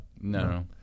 no